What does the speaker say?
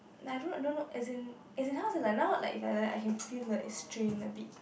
I don't I don't know as in as in how to say now like if I like that I can feel like it's strained a bit